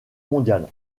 mondiale